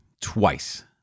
twice